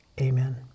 amen